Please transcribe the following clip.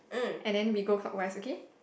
and then we go clockwise okay